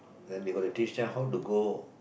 then we gotta teach them how to go